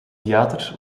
theater